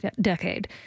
decade